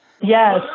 Yes